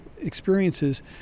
experiences